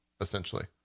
essentially